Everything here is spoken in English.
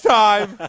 time